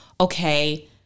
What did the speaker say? okay